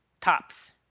tops